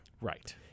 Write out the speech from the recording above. right